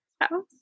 house